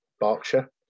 Berkshire